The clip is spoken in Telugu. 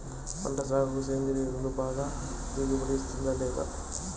పంట సాగుకు సేంద్రియ ఎరువు బాగా దిగుబడి ఇస్తుందా లేదా